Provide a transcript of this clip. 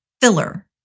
filler